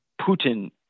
Putin